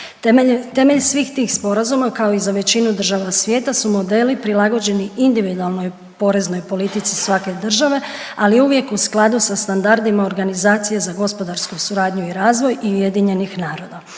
Temelj svih tih sporazuma kao i za većinu država svijeta su modeli prilagođeni individualnoj poreznoj politici svake države, ali uvijek u skladu sa standardima organizacije za gosparsku suradnju i razvoj i UN-a,